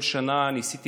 כל שנה ניסיתי,